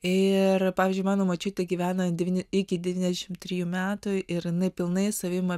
ir pavyzdžiui mano močiutė gyvena iki devyniasdešim trijų metų ir jinai pilnai savim